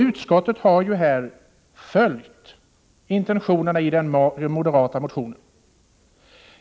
Utskottet har ju där följt intentionerna i den moderata motionen.